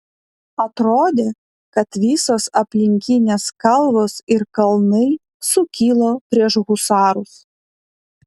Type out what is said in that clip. atrodė kad visos aplinkinės kalvos ir kalnai sukilo prieš husarus